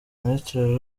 minisitiri